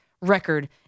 record